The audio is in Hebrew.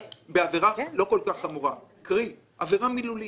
כל כך חמורה קרי בעבירה מילולית: